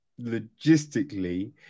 logistically